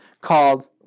called